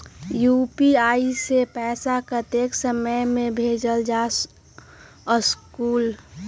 UPI से पैसा कतेक समय मे भेजल जा स्कूल?